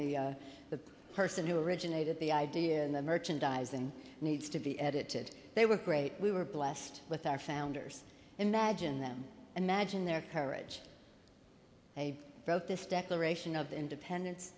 the the person who originated the idea in the merchandising needs to be edited they were great we were blessed with our founders imagine them magine their courage a wrote this declaration of independence